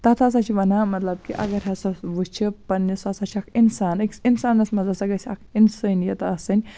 تَتھ ہسا چھِ وَنان مطلب کہِ اگر ہسا وٕچھِ پنٛنِس سُہ ہسا چھِ اَکھ اِنسان أکِس اِنسانَس منٛز ہسا گژھِ اَکھ اِنسٲنِیت آسٕنۍ